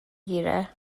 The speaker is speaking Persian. گیره